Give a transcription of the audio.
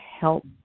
help